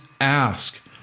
ask